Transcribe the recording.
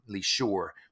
sure